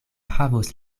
havos